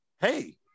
hey